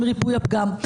עם ריפוי הפגם.